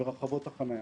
ורחבות החניה.